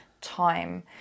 time